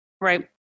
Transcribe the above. Right